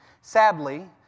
sadly